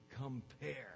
compare